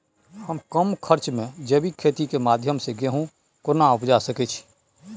हम कम खर्च में जैविक खेती के माध्यम से गेहूं केना उपजा सकेत छी?